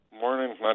Morning